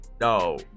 no